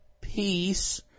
peace